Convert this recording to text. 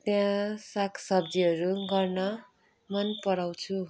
त्यहाँ साग सब्जीहरू गर्न मन पराउँछु